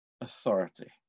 authority